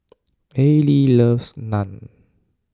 Allie loves Naan